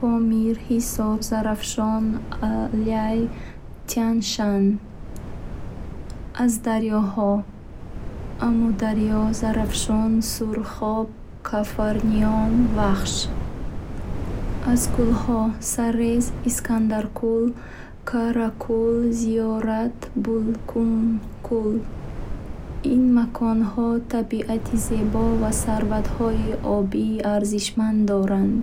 Помир, Ҳисор, Зарафшон, Алай, Тянь-Шань. Аз дарёҳо: Амударё, Зарафшон, Сурхоб, Кофарниҳон, Вахш. Аз кӯлҳо: Сарез, Искандаркӯл, Каракӯл, Зиёрат, Булункӯл. Ин маконҳо табиати зебо ва сарватҳои обии арзишманд доранд.